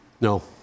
No